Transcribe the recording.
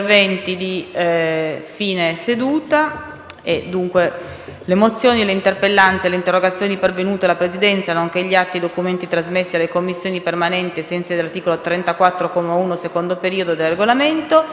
Le mozioni, le interpellanze e le interrogazioni pervenute alla Presidenza, nonché gli atti e i documenti trasmessi alle Commissioni permanenti ai sensi dell'articolo 34, comma 1, secondo periodo, del Regolamento sono pubblicati nell'allegato B al Resoconto della seduta odierna.